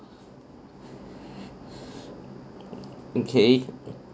okay